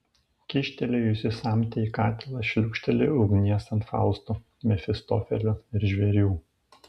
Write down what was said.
kyštelėjusi samtį į katilą šliūkšteli ugnies ant fausto mefistofelio ir žvėrių